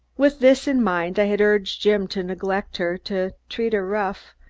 with this in mind, i had urged jim to neglect her, to treat her rough,